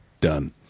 done